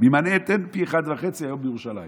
היום בירושלים